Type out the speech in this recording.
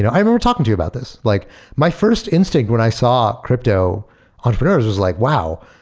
yeah i remember talking to you about this. like my first instinct when i saw crypto entrepreneurs was like, wow!